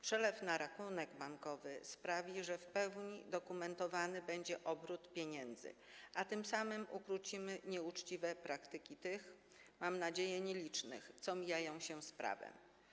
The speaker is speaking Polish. Przelew na rachunek bankowy sprawi, że w pełni udokumentowany będzie obrót pieniędzy, a tym samym ukrócimy nieuczciwe praktyki tych, mam nadzieję nielicznych, którzy mijają się z prawem.